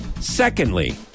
Secondly